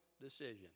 decision